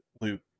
loop